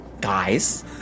guys